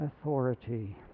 authority